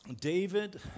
David